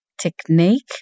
technique